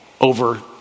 over